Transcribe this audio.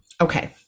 okay